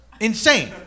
Insane